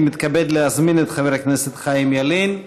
אני מתכבד להזמין את חבר הכנסת חיים ילין,